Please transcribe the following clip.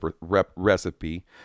recipe